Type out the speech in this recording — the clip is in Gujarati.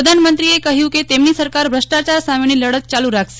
પ્રધાનમંત્રીએ કહ્યું કે તેમની સરકાર ભ્રષ્ટાચાર સામેની લડત ચાલુ રાખશે